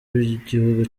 b’igihugu